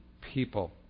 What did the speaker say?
people